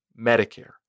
Medicare